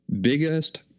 Biggest